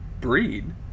breed